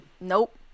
Nope